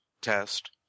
test